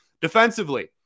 Defensively